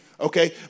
Okay